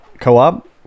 Co-op